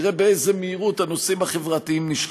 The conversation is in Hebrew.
תראה באיזו מהירות הנושאים החברתיים נשכחו.